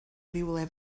rywle